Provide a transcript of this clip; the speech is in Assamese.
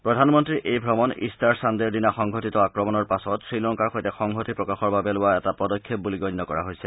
প্ৰধানমন্তীৰ এই ভ্ৰমণ ইট্টাৰ ছানডেৰ দিনা সংঘটিত আক্ৰমণৰ পাছত শ্ৰীলংকাৰ সৈতে সংহতি প্ৰকাশৰ বাবে লোৱা এটা পদক্ষেপ বুলি গণ্য কৰা হৈছে